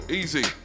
easy